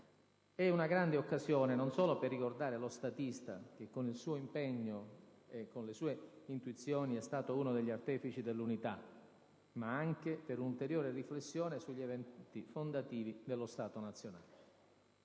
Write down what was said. è una grande occasione non solo per ricordare lo statista che, con il suo impegno e con le sue intuizioni, è stato uno degli artefici dell'Unità, ma anche per un'ulteriore riflessione sugli eventi fondativi dello Stato nazionale.